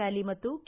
valley ಮತ್ತು K